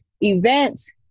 events